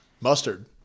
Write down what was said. Mustard